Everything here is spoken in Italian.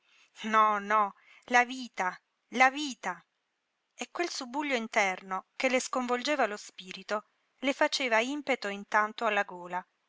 no no la vita la vita e quel subbuglio interno che le sconvolgeva lo spirito le faceva impeto intanto alla gola